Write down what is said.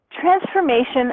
transformation